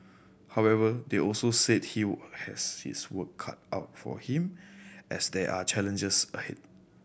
however they also said he has his work cut out for him as there are challenges ahead